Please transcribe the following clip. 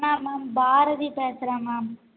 நானா மேம் பாரதி பேசுகிறேன் மேம்